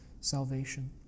salvation